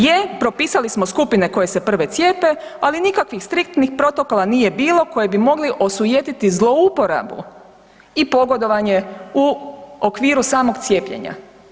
Je, propisali smo skupine koje se prve cijepe, ali nikakvih striktnih protokola nije bilo koje bi mogli osujetiti zlouporabu i pogodovanje u okviru samog cijepljenja.